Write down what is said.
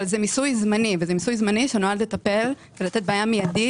אבל זה מיסוי זמני שנועד לטפל ולתת פתרון מיידי